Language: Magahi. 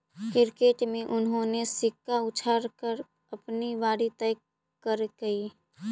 क्रिकेट में उन्होंने सिक्का उछाल कर अपनी बारी तय करकइ